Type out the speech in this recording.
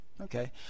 Okay